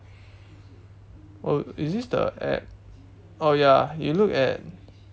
oh is this the app oh ya you look at